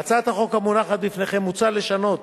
בהצעת החוק המונחת לפניכם מוצע לשנות